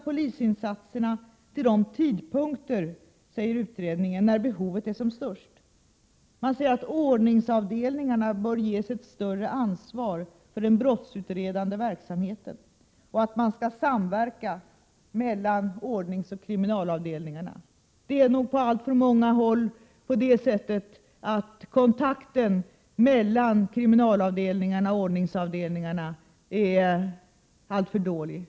Polisinsatserna skall, sägs det i rapporten, anpassas till de tidpunkter när behovet är som störst. Ordningsavdelningarna bör ges ett större ansvar för den brottsutredande verksamheten, heter det, och man skall samverka mellan ordningsoch kriminalavdelningarna. På alltför många håll är nog kontakten mellan kriminalavdelningarna och ordningsavdelningarna mycket dålig.